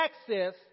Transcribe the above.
access